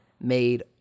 made